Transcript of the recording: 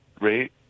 rate